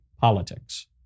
politics